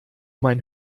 mein